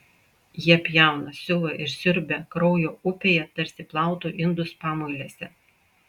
jie pjauna siuva ir siurbia kraujo upėje tarsi plautų indus pamuilėse